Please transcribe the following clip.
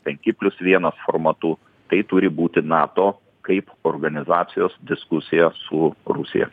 penki plius vienas formatu tai turi būti nato kaip organizacijos diskusija su rusija